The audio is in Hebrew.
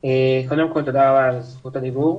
קודם כל תודה רבה על זכות הדיבור.